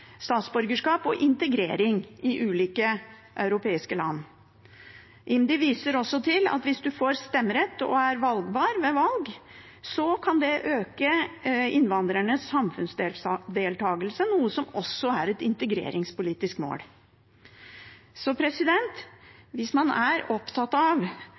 og integrering i ulike europeiske land». IMDi viser også til at hvis man får stemmerett og er valgbar ved valg, kan det «øke innvandreres samfunnsdeltakelse, noe som også er et integreringspolitisk mål». Hvis man er opptatt av